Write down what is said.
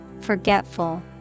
forgetful